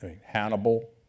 Hannibal